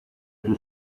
più